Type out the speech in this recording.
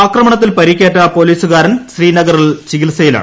ആക്രണമത്തിൽ പരിക്കേറ്റ് പോലീസുകാരൻ ശ്രീനഗറിൽ ചികിത്സയിലാണ്